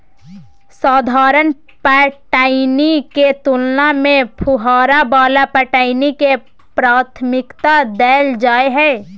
साधारण पटौनी के तुलना में फुहारा वाला पटौनी के प्राथमिकता दैल जाय हय